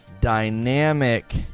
dynamic